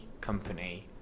company